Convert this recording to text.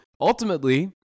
ultimately